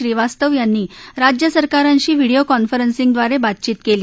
श्रीवास्तव यांनी राज्य सरकारांशी व्हिडीओ कॉन्फरसिंगद्वारे बातचीत केली